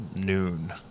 noon